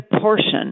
portion